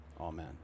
Amen